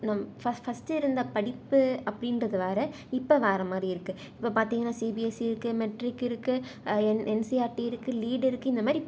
நம் first first இருந்த படிப்பு அப்படின்றது வேறு இப்போ வேறு மாதிரி இருக்குது இப்போ பார்த்திங்கன்னா சிபிஎஸ்சி இருக்குது மெட்ரிக் இருக்குது என் என்சிஇஆர்டி இருக்குது லீடு இருக்குது இந்த மாரி